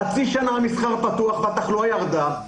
חצי שנה המסחר פתוח והתחלואה ירדה.